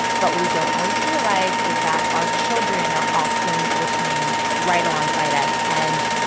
but what we don't always realize is that our children are often listening right alongside us and,